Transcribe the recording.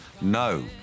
no